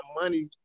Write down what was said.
money